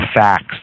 facts